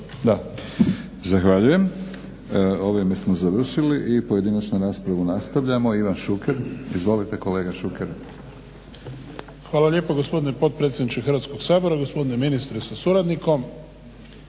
Zahvaljujem. Ovime smo završili i pojedinačnu raspravu nastavljamo, Ivan Šuker. Izvolite kolega Šuker. **Šuker, Ivan (HDZ)** Hvala lijepa gospodine potpredsjedniče Hrvatskog sabora, gospodine ministre sa suradnikom.